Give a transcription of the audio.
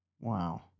Wow